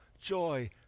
joy